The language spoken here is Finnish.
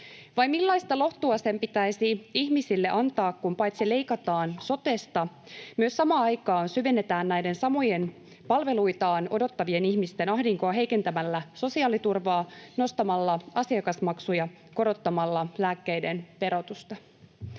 Vai millaista lohtua sen pitäisi ihmisille antaa, kun paitsi leikataan sotesta myös samaan aikaan syvennetään näiden samojen, palveluitaan odottavien ihmisten ahdinkoa heikentämällä sosiaaliturvaa, nostamalla asiakasmaksuja, korottamalla lääkkeiden verotusta.